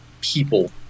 people